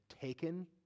taken